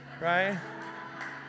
right